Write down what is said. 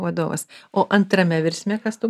vadovas o antrame virsme kas tu